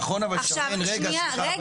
נכון אבל שרן, רגע שנייה.